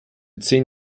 zehn